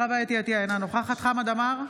חוה אתי עטייה, אינה נוכחת חמד עמאר,